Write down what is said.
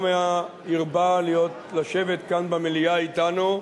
גם הרבה לשבת כאן, במליאה, אתנו,